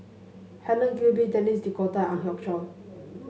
Helen Gilbey Denis D'Cotta Ang Hiong Chiok